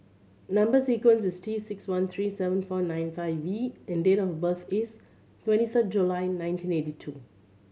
number sequence is T six one three seven four nine five V and date of birth is twenty third July nineteen eighty two